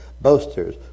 boasters